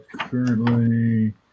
currently